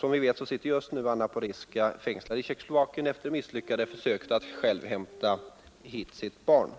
Som vi vet sitter Anna Porizka just nu fängslad i Tjeckoslovakien efter det misslyckade försöket att själv hämta hit sitt barn,